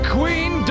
Queen